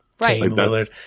Right